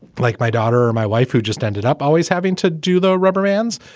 like my daughter or my wife, who just ended up always having to do the rubber bands.